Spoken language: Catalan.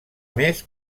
més